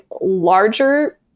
larger